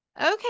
Okay